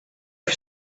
for